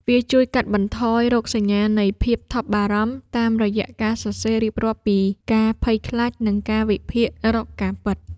វាជួយកាត់បន្ថយរោគសញ្ញានៃភាពថប់បារម្ភ តាមរយៈការសរសេររៀបរាប់ពីការភ័យខ្លាច និងការវិភាគរកការពិត។